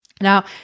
Now